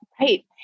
Right